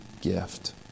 gift